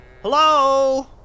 Hello